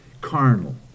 Carnal